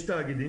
יש תאגידים,